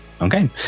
Okay